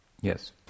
Yes